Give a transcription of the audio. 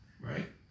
right